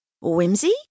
Whimsy